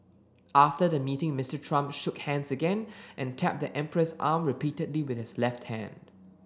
after the meeting Mister Trump shook hands again and tapped the emperor's arm repeatedly with his left hand